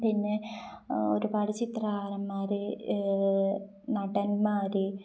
പിന്നെ ഒരുപാട് ചിത്രകാരന്മാർ നടന്മാർ